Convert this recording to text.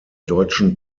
deutschen